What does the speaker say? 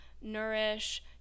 nourish